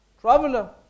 traveler